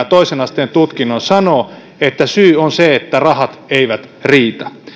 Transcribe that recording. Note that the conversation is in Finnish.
toisen asteen tutkinnon sanoo että syy on se että rahat eivät riitä